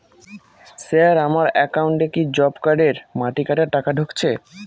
Sir আমার একাউন্টে কি জব কার্ডের মাটি কাটার টাকা ঢুকেছে?